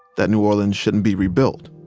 that new orleans shouldn't be rebuilt.